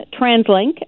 TransLink